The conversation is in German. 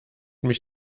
mich